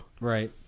right